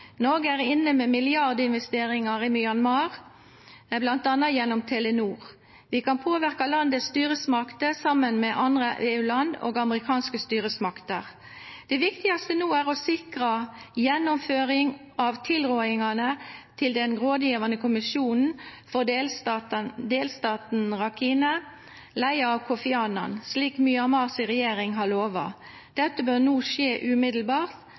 Norge er inne med milliardinvesteringer i Myanmar, bl.a. gjennom Telenor. Vi kan påvirke landets styresmakter sammen med andre EU-land og amerikanske styresmakter. Det viktigste nå er å sikre gjennomføring av tilrådingene til den rådgivende kommisjonen for delstaten Rakhine, ledet av Kofi Annan, slik Myanmars regjering har lovet. Dette bør nå skje umiddelbart.